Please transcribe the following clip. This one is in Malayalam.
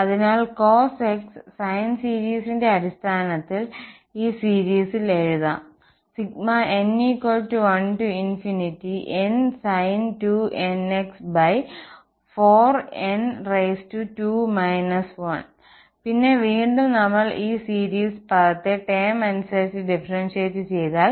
അതിനാൽ cos x സൈൻ സീരീസിന്റെ അടിസ്ഥാനത്തിൽ ഈ സീരിസിൽ എഴുതാം n1nsin 2nx4n2 1 പിന്നെ വീണ്ടും നമ്മൾ ഈ സീരീസ് പദത്തെ ടേം അനുസരിച്ച് ഡിഫറന്സിയേറ്റ് ചെയ്താൽ